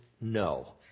no